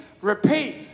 repeat